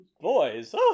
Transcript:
boys